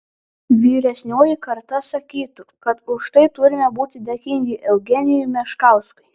vyresnioji karta sakytų kad už tai turime būti dėkingi eugenijui meškauskui